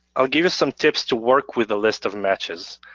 i'll give you some tips to work with a list of matches.